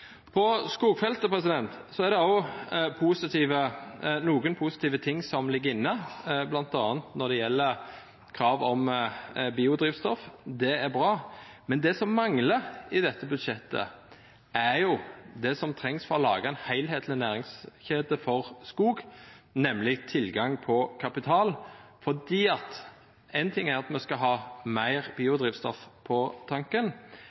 På skogfeltet er det òg nokre positive ting som ligg inne, bl.a. når det gjeld krav om biodrivstoff. Det er bra. Men det som manglar i dette budsjettet, er det som trengst for å laga ei heilskapleg næringskjede for skog, nemleg tilgang på kapital. Ein ting er at me skal ha meir biodrivstoff på tanken.